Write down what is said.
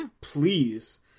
please